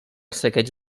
saqueig